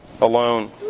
alone